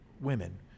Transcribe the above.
women